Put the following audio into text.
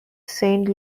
saint